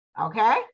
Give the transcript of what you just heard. okay